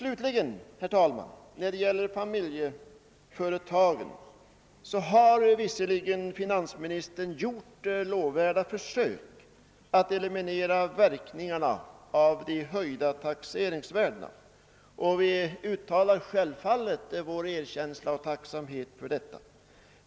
Beträffande familjeföretagen har visserligen finansministern slutligen gjort lovvärda försök att eliminera verkningarna av de höjda taxeringsvärdena, och vi uttalar självfallet vår erkänsla och tacksamhet för detta.